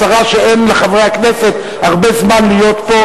הצרה שאין לחברי הכנסת הרבה זמן להיות פה,